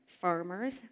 farmers